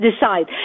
decide